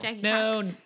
no